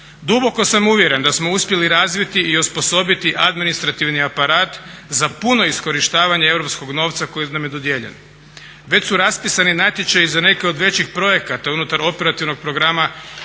Duboko sam uvjeren da smo uspjeli razviti i osposobiti administrativni aparat za puno iskorištavanje europskog novca koji nam je dodijeljen. Već su raspisani natječaji za neke od većih projekata unutar operativnog programa